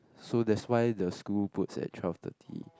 so that's why the school puts at twelve thirty